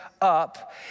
up